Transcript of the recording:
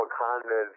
Wakanda